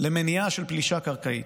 למניעה של פלישה קרקעית.